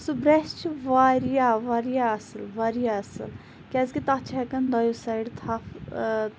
سُہ بریٚش چھُ واریاہ واریاہ اَصل واریاہ اَصل کیاز کہِ تَتھ چھِ ہیٚکان دۄیَو سایڈٕ تھَپھ